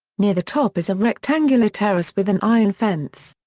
near the top is a rectangular terrace with an iron fence.